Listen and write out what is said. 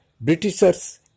Britishers